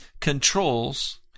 controls